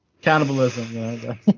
cannibalism